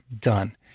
done